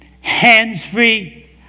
hands-free